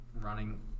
running